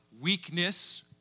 weakness